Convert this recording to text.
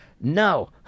no